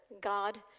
God